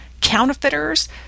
counterfeiters